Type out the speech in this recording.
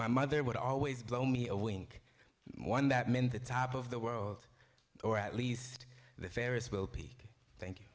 my mother would always blow me away in one that meant the top of the world or at least th